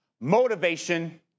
motivation